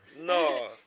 No